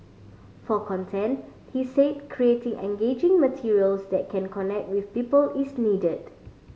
for content he said creating engaging materials that can connect with people is needed